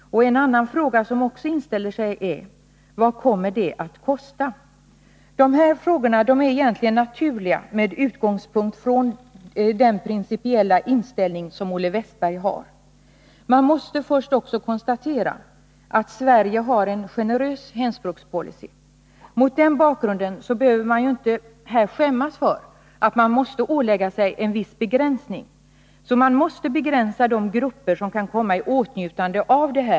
En annan fråga som inställer sig är: Vad kommer det att kosta? De här frågorna är egentligen naturliga med utgångspunkt från den principiella inställning som Olle Wästberg har. Man måste först också konstatera att Sverige har en generös hemspråkspolicy. Mot den bakgrunden behöver man inte skämmas för att man måste ålägga sig vissa begränsningar. Man måste begränsa de grupper som kan komma i fråga.